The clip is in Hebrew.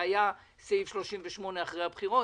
והיה סעיף 38 אחרי הבחירות